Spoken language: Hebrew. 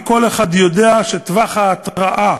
כי כל אחד יודע שטווח ההתרעה